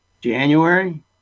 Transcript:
January